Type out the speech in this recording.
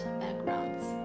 backgrounds